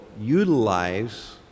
utilize